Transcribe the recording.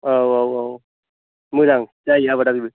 औ औ औ मोजां जायो आबादा बेबो